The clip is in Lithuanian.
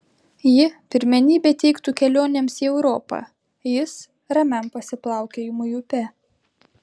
ji pirmenybę teiktų kelionėms į europą jis ramiam pasiplaukiojimui upe